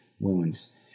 wounds